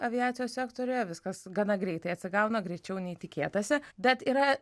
aviacijos sektoriuje viskas gana greitai atsigauna greičiau nei tikėtasi bet yra